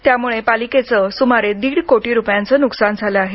त्यामुळे पालिकेचे सुमारे दीड कोटी रुपयांचे नुकसान झाले आहे